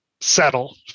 settle